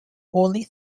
only